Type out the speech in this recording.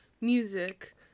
music